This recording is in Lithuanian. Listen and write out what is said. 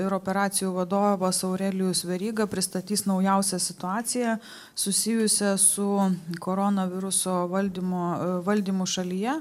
ir operacijų vadovas aurelijus veryga pristatys naujausią situaciją susijusią su koronaviruso valdymu valdymu šalyje